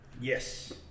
Yes